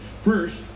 First